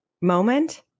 moment